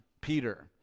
Peter